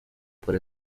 por